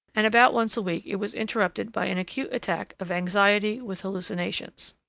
and about once a week it was interrupted by an acute attack of anxiety with hallucinations.